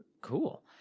cool